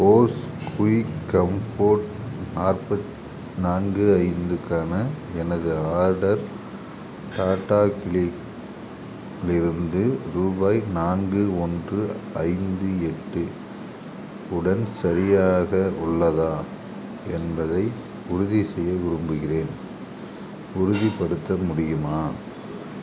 Bose quick comfort நாற்பத் நான்கு ஐந்துக்கான எனது ஆர்டர் டாட்டா கிளிக் லிருந்து ரூபாய் நான்கு ஒன்று ஐந்து எட்டு உடன் சரியாக உள்ளதா என்பதை உறுதி செய்ய விரும்புகிறேன் உறுதிப்படுத்த முடியுமா